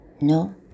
No